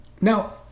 Now